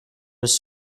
was